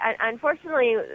unfortunately